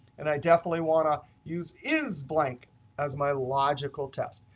and i definitely want to use is blank as my logical test.